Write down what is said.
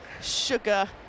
sugar